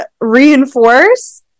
reinforce